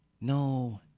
No